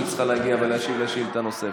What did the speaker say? שצריכה להגיע ולהשיב לשאילתה נוספת.